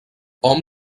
hom